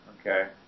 okay